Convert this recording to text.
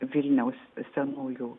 vilniaus senųjų